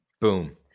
Boom